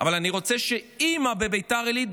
אבל אני רוצה שאימא בביתר עילית,